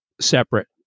separate